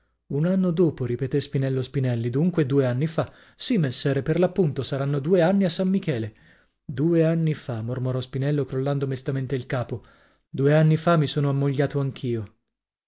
un anno dopo ripetè spinello spinelli dunque due anni fa sì messere per l'appunto saranno due anni a san michele due anni fa mormorò spinello crollando mestamente il capo due anni fa mi sono ammogliato anch'io